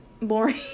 boring